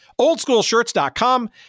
OldSchoolShirts.com